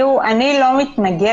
תראו, אני לא מתנגדת